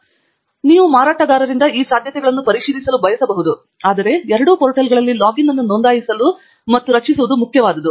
ಆದ್ದರಿಂದ ನೀವು ಮಾರಾಟಗಾರರಿಂದ ಈ ಸಾಧ್ಯತೆಗಳನ್ನು ಪರಿಶೀಲಿಸಲು ಬಯಸಬಹುದು ಆದರೆ ಎರಡೂ ಪೋರ್ಟಲ್ಗಳಲ್ಲಿ ಲಾಗಿನ್ ಅನ್ನು ನೋಂದಾಯಿಸಲು ಮತ್ತು ರಚಿಸುವುದು ಮುಖ್ಯವಾದುದು